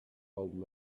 old